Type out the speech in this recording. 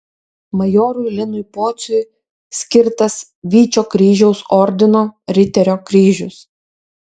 majorui linui pociui skirtas vyčio kryžiaus ordino riterio kryžius